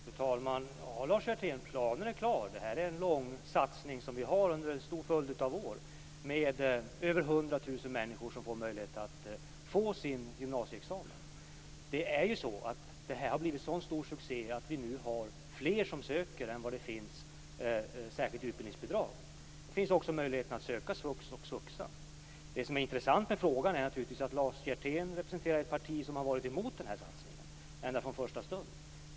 Fru talman! Jo, Lars Hjertén, planen är klar. Det här är en lång satsning som vi har under en stor följd av år med över 100 000 människor som får möjlighet att ta sin gymnasieexamen. Det är ju så att detta har blivit en sådan stor succé att vi nu har fler som söker än vad det finns särskilt utbildningsbidrag för. Det finns också möjlighet att söka svux och svuxa. Det som är intressant med frågan är naturligtvis att Lars Hjertén representerar ett parti som har varit emot den här satsningen ända från första stund.